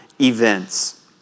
events